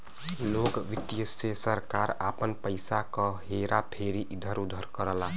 लोक वित्त से सरकार आपन पइसा क हेरा फेरी इधर उधर करला